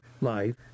life